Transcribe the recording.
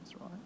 right